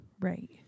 right